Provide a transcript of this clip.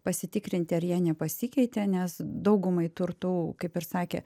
pasitikrinti ar jie nepasikeitė nes daugumai turtų kaip ir sakė